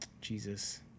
Jesus